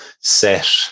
set